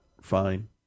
fine